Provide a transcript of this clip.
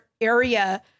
area